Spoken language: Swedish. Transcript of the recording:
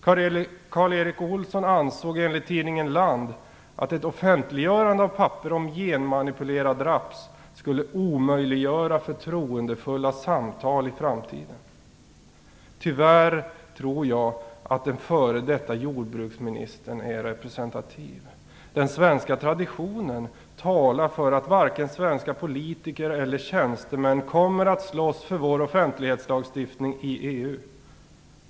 Karl Erik Olsson ansåg, enligt tidningen Land, att ett offentliggörande av papper om genmanipulerad raps skulle omöjliggöra förtroendefulla samtal i framtiden. Tyvärr tror jag att den f.d. jordbruksministern är representativ. Den svenska traditionen talar för att varken svenska politiker eller tjänstemän kommer att slåss för vår offentlighetslagstiftning i EU.